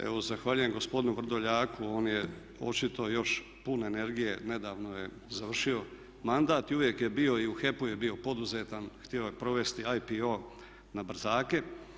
Evo zahvaljujem gospodinu Vrdoljaku, on je očito još pun energije, nedavno je završio mandata i uvijek je bio i u HEP-u je bio poduzetan, htio je provesti IPO na brzake.